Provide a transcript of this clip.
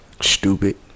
Stupid